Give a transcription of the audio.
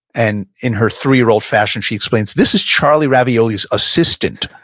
and in her three year old fashion, she explains, this is charlie ravioli's assistant.